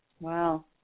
Wow